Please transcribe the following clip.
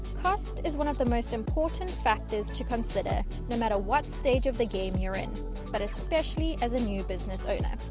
cost is one of the most important factors to consider no matter what stage of the game you're in but especially as a new business owner.